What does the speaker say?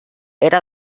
era